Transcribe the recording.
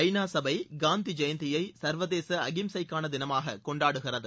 ஐநா சபை காந்தி ஜெயந்தியை சா்வதேச அஹிம்சை தினமாக கொண்டாடுகிறது